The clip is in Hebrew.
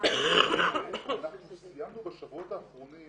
אנחנו סיימנו בשבועות האחרונים